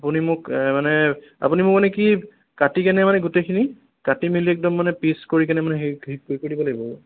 আপুনি মোক মানে আপুনি মোক মানে কি কাটি কেনে মানে গোটেইখিনি কাটি মেলি একদম মানে পিচ কৰি কেনে মানে হেৰি হেৰি কৰি কৰি দিব লাগিব